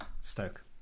Stoke